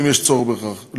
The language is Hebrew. אם יש צורך בכך.